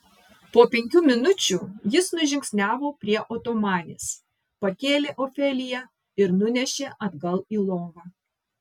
po penkių minučių jis nužingsniavo prie otomanės pakėlė ofeliją ir nunešė atgal į lovą